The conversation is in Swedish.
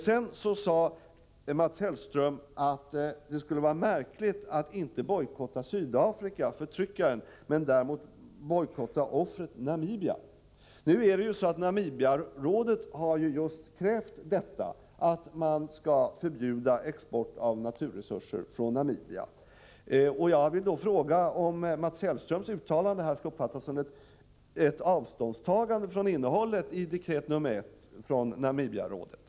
Sedan sade Mats Hellström att det skulle vara märkligt att inte bojkotta förtryckaren Sydafrika men däremot bojkotta offret Namibia. Men Namibiarådet har just krävt att man skall förbjuda export av naturresurser från Namibia. Jag vill då fråga om Mats Hellströms uttalande här skall uppfattas som ett avståndstagande från innehållet i dekret nr 1 från Namibiarådet.